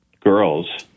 girls